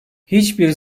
hiçbir